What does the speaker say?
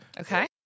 Okay